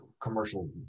commercial